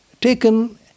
taken